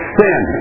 sin